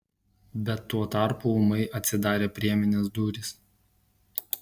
bet tuo tarpu ūmai atsidarė priemenės durys